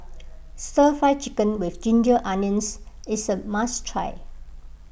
Stir Fried Chicken with Ginger Onions is a must try